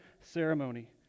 ceremony